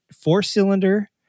four-cylinder